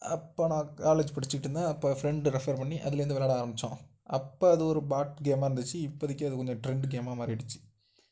அப்போ நான் காலேஜ் படிச்சுக்கிட்டு இருந்தேன் அப்போ ஃப்ரெண்டு ரெஃபர் பண்ணி அதுலேருந்து விளாட ஆரம்பிச்சோம் அப்போ அது ஒரு பாட் கேம்மா இருந்துச்சு இப்போதைக்கி அது கொஞ்சம் ட்ரெண்ட்டு கேம்மா மாறிடுச்சு